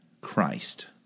Christ